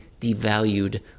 devalued